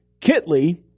Kitley